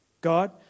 God